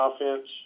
offense